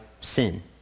sin